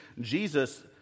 Jesus